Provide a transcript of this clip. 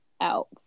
out